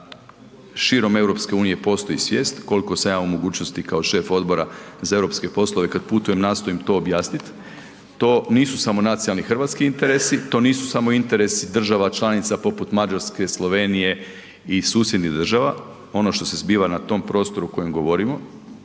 širom EU postoji svijest, koliko sam ja u mogućnosti kao šef Odbora za europske poslove kad putujem nastojim to objasnit, to nisu samo nacionalni hrvatski interesi, to nisu samo interesi država članica poput Mađarske, Slovenije i susjednih država, ono što se zbiva na tom prostoru o kojem govorimo